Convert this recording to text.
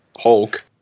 Hulk